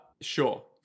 Sure